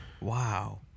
wow